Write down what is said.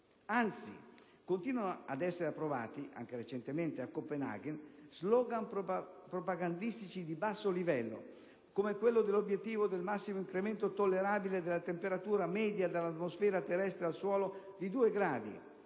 Anzi, continuano ad essere approvati (anche recentemente a Copenaghen) *slogan* propagandistici di basso livello, come quello dell'obiettivo del massimo incremento tollerabile della temperatura media dell'atmosfera terrestre al suolo di due gradi